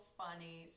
funny